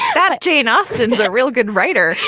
that jane austen is a real good writer.